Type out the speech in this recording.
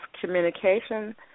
communication